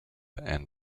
and